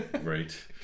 Right